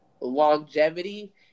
longevity